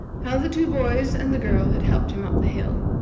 how the two boys and the girl had helped him up the hill,